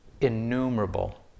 innumerable